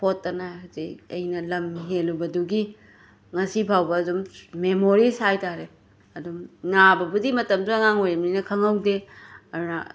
ꯐꯣꯠꯇꯅ ꯍꯨꯖꯤꯛ ꯑꯩꯅ ꯂꯝ ꯍꯦꯜꯂꯨꯕꯗꯨꯒꯤ ꯉꯁꯤ ꯐꯥꯎꯕ ꯑꯗꯨꯝ ꯃꯦꯃꯣꯔꯤꯁ ꯍꯥꯏꯇꯥꯔꯦ ꯑꯗꯨꯝ ꯅꯥꯕꯕꯨꯗꯤ ꯃꯇꯝꯗꯨꯗ ꯑꯉꯥꯡ ꯑꯣꯏꯔꯤꯝꯅꯤꯅ ꯈꯪꯍꯧꯗꯦ ꯑꯗꯨꯅ